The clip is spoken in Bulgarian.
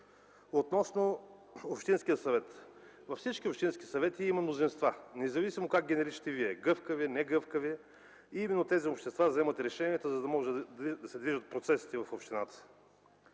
Относно общинския съвет. Във всички общински съвети има мнозинства, независимо как ги наричате вие – гъвкави или негъвкави, които именно вземат решенията, за да могат да се движат процесите в общината.